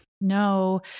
No